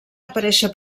aparèixer